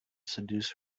seduce